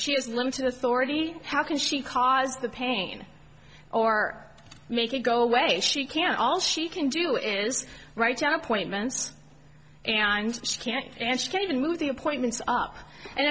she has limited authority how can she cause the pain or make it go away she can't all she can do is write down appointments and she can't and she can't even move the appointments up and